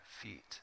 feet